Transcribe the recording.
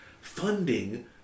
funding